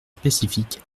spécifique